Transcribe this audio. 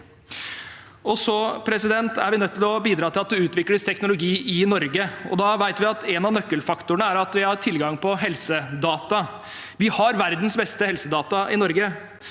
samhandling. Vi er nødt til å bidra til at det utvikles teknologi i Norge, og da vet vi at en av nøkkelfaktorene er at vi har tilgang på helsedata. Vi har verdens beste helsedata i Norge,